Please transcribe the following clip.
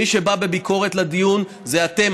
מי שבא בביקורת לדיון זה אתם.